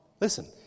Listen